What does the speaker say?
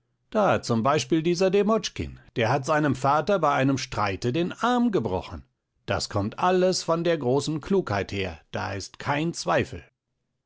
da zum beispiel dieser demotschkin der hat seinem vater bei einem streite den arm gebrochen das kommt alles von der großen klugheit her da ist kein zweifel